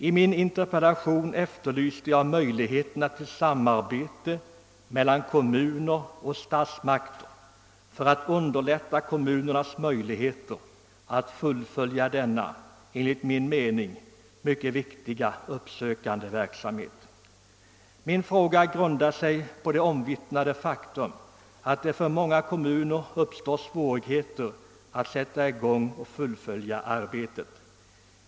I min interpellation efterlyste jag möjligheter till samarbete mellan kommuner och statsmakter för att underlätta för kommunerna att fullfölja denna enligt min mening mycket viktiga uppsökande verksamhet. Min fråga grundar sig på det omvittnade faktum att det för många kommuner uppstår svårigheter att sätta i gång och fullfölja arbetet.